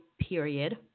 period